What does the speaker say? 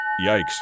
Yikes